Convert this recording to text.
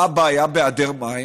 מה הבעיה בהיעדר מים?